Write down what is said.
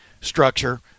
structure